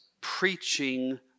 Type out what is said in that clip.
preaching